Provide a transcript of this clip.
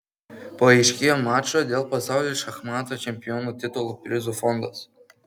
paaiškėjo mačo dėl pasaulio šachmatų čempiono titulo prizų fondas